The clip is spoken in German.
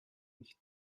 nicht